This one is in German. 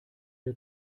der